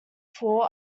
fort